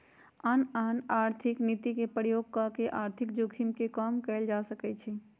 आन आन आर्थिक नीति के प्रयोग कऽ के आर्थिक जोखिम के कम कयल जा सकइ छइ